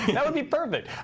and that would be perfect.